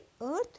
earth